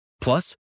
Plus